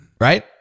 Right